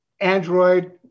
Android